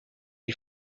you